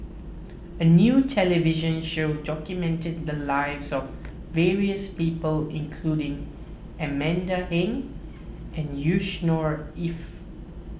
a new television show documented the lives of various people including Amanda Heng and Yusnor Ef